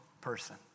person